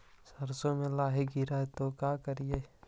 सरसो मे लाहि गिरे तो का करि?